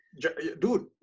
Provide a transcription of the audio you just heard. Dude